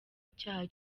icyaha